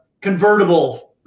convertible